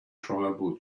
tribal